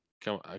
Come